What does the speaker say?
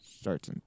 starts